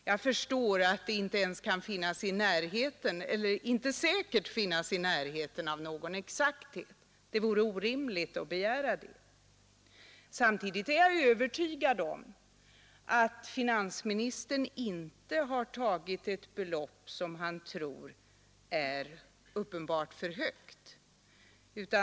Jag förstår att det inte kan ligga ens i närheten av någon exakthet, det vore orimligt att begära det. Samtidigt är jag övertygad om att finansministern inte har tagit ett belopp som han tror är uppenbart för högt.